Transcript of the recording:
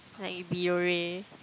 like Biore